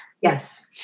Yes